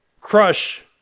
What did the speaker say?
crush